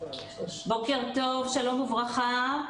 בוקר טוב, שלום וברכה.